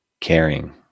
caring